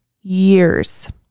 years